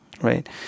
right